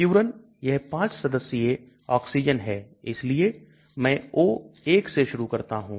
Furan यह पांच सदस्य ऑक्सीजन है इसलिए मैं O1 से शुरू करता हूं